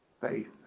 Faith